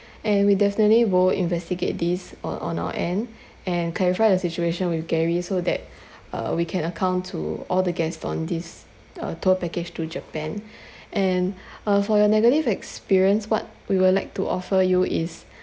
and we definitely will investigate this uh on our end and clarify the situation with gary so that uh we can account to all the guests on this uh tour package to japan and uh for your negative experience what we will like to offer you is